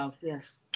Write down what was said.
yes